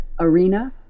arena